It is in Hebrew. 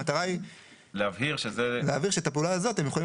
המטרה היא להבהיר שאת הפעולה הזאת הם יכולים